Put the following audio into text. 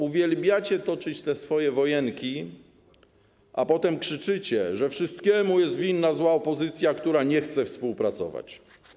Uwielbiacie toczyć te swoje wojenki, a potem krzyczycie, że wszystkiemu jest winna zła opozycja, która nie chce współpracować.